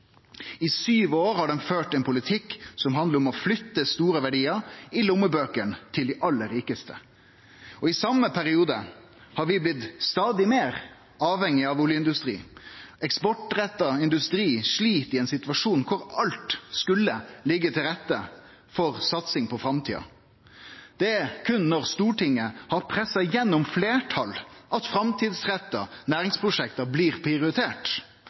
I sju år har dei ført ein politikk som handlar om å flytte store verdiar til lommebøkene til dei aller rikaste. I den same perioden har vi blitt stadig meir avhengige av oljeindustrien. Eksportretta industri slit i ein situasjon der alt skulle liggje til rette for satsing på framtida. Det er berre når Stortinget har pressa gjennom fleirtal, at framtidsretta næringsprosjekt har blitt prioritert,